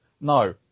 No